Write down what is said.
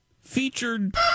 featured